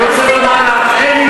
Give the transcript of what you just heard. אני רוצה לומר לך,